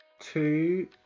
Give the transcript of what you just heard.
two